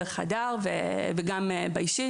גם דרך הדר וגם באישי.